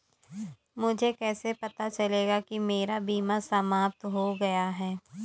मुझे कैसे पता चलेगा कि मेरा बीमा समाप्त हो गया है?